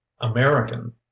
american